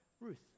Ruth